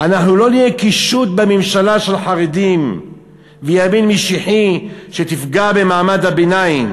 "אנחנו לא נהיה קישוט בממשלה של חרדים וימין משיחי שתפגע במעמד הביניים,